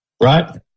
Right